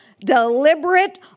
deliberate